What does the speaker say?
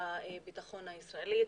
מערכת הביטחון הישראלית,